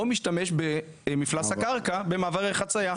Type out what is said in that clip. או משתמש במפלס הקרקע במעברי חציה.